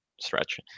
stretch